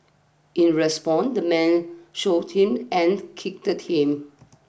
in respond the man shoved him and kicked him